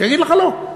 שיגיד לך לא.